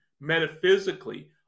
metaphysically